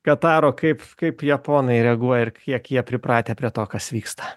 kataro kaip kaip japonai reaguoja kiek jie pripratę prie to kas vyksta